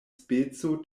speco